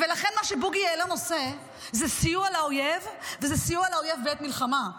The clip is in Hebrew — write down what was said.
ולכן מה שבוגי יעלון עושה זה סיוע לאויב וזה סיוע לאויב בעת מלחמה,